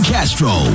Castro